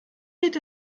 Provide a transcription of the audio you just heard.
geht